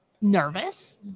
nervous